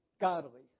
godly